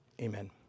amen